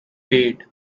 paid